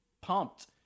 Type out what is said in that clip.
pumped